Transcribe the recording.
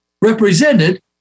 represented